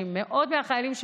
והם מרגשים,